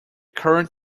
current